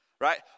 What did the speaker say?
right